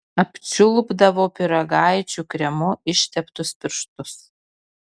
apčiulpdavo pyragaičių kremu išteptus pirštus